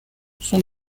sont